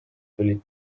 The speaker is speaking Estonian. tuli